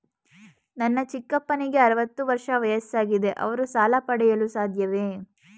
ನನ್ನ ಚಿಕ್ಕಪ್ಪನಿಗೆ ಅರವತ್ತು ವರ್ಷ ವಯಸ್ಸಾಗಿದೆ ಅವರು ಸಾಲ ಪಡೆಯಲು ಸಾಧ್ಯವೇ?